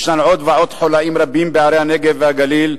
יש עוד ועוד חוליים בערי הנגב והגליל,